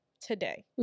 today